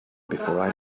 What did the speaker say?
before